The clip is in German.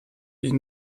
wie